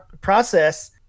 process